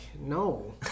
No